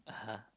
(uh huh)